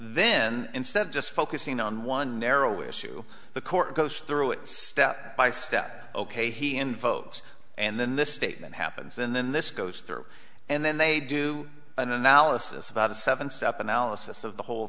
then instead of just focusing on one narrow issue the court goes through it step by step ok he invokes and then this statement happens and then this goes through and then they do an analysis about a seven step analysis of the whole